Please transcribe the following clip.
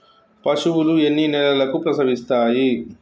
పశువులు ఎన్ని నెలలకు ప్రసవిస్తాయి?